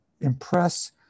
impress